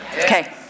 Okay